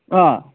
অঁ